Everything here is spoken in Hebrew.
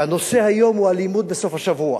והנושא היום הוא: אלימות בסוף השבוע.